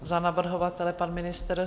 Za navrhovatele pan ministr?